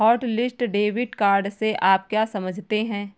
Hotlist debit card से आप क्या समझते हैं?